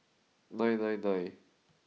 nine nine nine